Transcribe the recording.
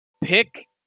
Pick